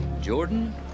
Jordan